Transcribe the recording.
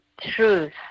truth